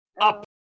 Up